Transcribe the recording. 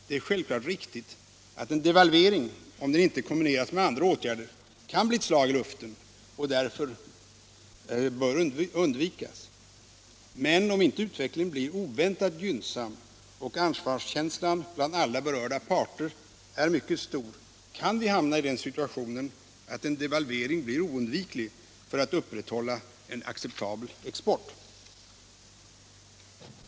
Det är självfallet riktigt att en devalvering, om den inte kombineras med andra åtgärder, kan bli ett slag i luften och därför bör undvikas. Men om inte utvecklingen blir oväntat gynnsam och ansvarskänslan bland alla berörda parter är mycket stor, kan vi hamna i den situationen att en devalvering blir oundviklig för att vi skall kunna upprätthålla en acceptabel export.